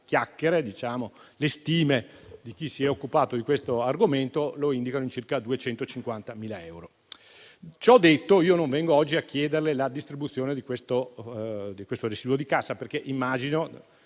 chiacchiere - diciamo così - le stime di chi si è occupato di questo argomento lo indicano in circa 250.000 euro. Ciò detto, io non vengo oggi a chiederle la distribuzione di questo residuo di cassa perché immagino,